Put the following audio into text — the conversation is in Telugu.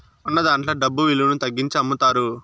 కొన్నదాంట్లో డబ్బు విలువను తగ్గించి అమ్ముతారు